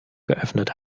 geöffnet